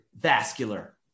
vascular